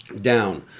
down